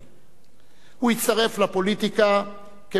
הוא הצטרף לפוליטיקה כביטחוניסט מובהק,